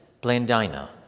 Blandina